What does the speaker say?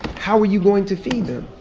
how are you going to feed them?